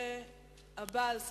הנושא הבא על סדר-היום,